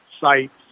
sites